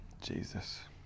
Jesus